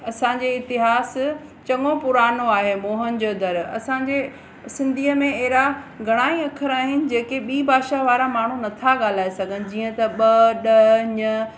असांजे इतिहासु चङो पुराणो आहे मोहन जो दड़ो असांजे सिंधीअ में अहिड़ा घणा ई अख़र आहिनि जेके ॿी भाषा वारा माण्हू नथा ॻाल्हाए सघनि जीअं त ॿ ॾह ञ